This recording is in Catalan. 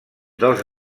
dels